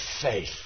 faith